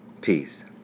Peace